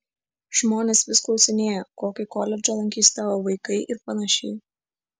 žmonės vis klausinėja kokį koledžą lankys tavo vaikai ir panašiai